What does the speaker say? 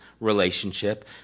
relationship